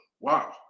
Wow